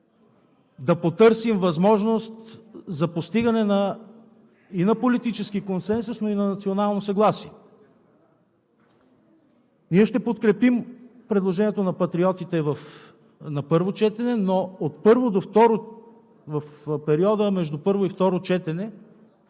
да потърсим възможност за постигане и на политически консенсус, но и на национално съгласие. Ние ще подкрепим предложението на Патриотите на първо четене, но в периода между първо и второ четене